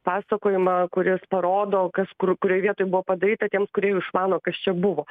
pasakojimą kuris parodo kas kur kurioj vietoj buvo padaryta tiems kurie jau išmano kas čia buvo